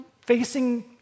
facing